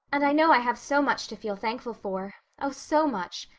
and i know i have so much to feel thankful for. oh, so much.